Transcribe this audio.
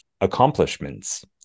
accomplishments